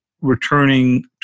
returning